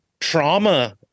trauma